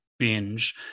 binge